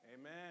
Amen